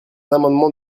amendement